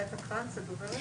יודעת בנושא.